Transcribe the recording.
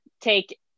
take